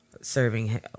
serving